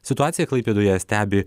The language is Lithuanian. situaciją klaipėdoje stebi